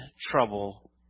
trouble